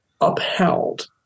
upheld